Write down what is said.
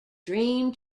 dream